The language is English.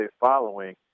following